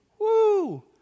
Woo